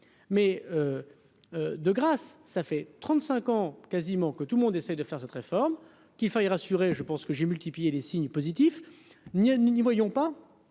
mais de grâce, ça fait 35 ans quasiment, que tout le monde essaie de faire cette réforme, qu'il fallait rassurer je pense que j'ai multiplié les signes positifs ni nous n'y voyons pas.